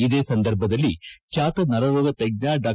ಇದೇ ಸಂದರ್ಭದಲ್ಲಿ ಖ್ಯಾತ ನರರೋಗ ತಜ್ಞ ಡಾ